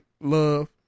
love